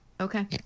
Okay